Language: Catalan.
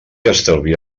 estalvia